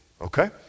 okay